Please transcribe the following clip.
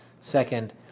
second